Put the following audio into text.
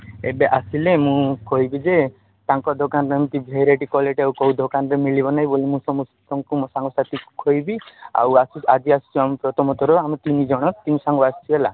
ଏବେ ଆସିଲେ ମୁଁ କହିବି ଯେ ତାଙ୍କ ଦୋକାନ ଏମିତି ଭେରାଇଟ୍ କ୍ୱାଲିଟି ଆଉ କେଉଁ ଦୋକାନରେ ମିଳିବ ନାହିଁ ବୋଲି ମୁଁ ସମସ୍ତଙ୍କୁ ମୋ ସାଙ୍ଗ ସାଥିଙ୍କୁ କହିବି ଆଉ ଆକୁ ଆଜି ଆସିଛୁ ଆମେ ପ୍ରଥମ ଥର ଆମେ ତିନି ଜଣ ତିନି ସାଙ୍ଗ ଆସିଛୁ ହେଲା